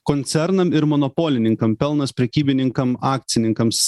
koncernam ir monopolininkam pelnas prekybininkam akcininkams